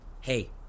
Hey